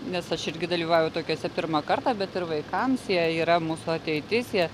nes aš irgi dalyvauju tokiose pirmą kartą bet ir vaikams jie yra mūsų ateitis jie